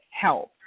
help